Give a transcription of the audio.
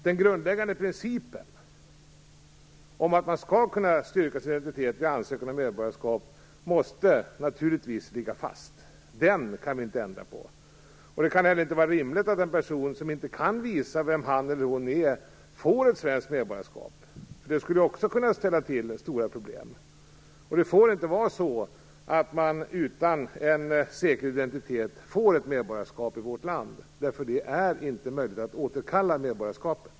Den grundläggande principen, att man skall kunna styrka sin identitet vid ansökan om medborgarskap, måste naturligtvis ligga fast. Den kan vi inte ändra på. Det kan heller inte vara rimligt att en person som inte kan visa vem han eller hon är får svenskt medborgarskap. Det skulle ju också kunna ställa till stora problem. Det får inte vara så att man utan en säker identitet får ett medborgarskap i vårt land, eftersom det inte är möjligt att återkalla medborgarskapet.